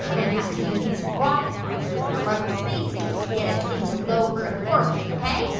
going to have to use these rocket launchers on our rubber space to to get us into low-earth orbit. ok?